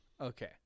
Okay